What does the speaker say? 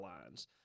lines